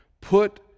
Put